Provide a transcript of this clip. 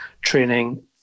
training